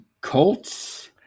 Colts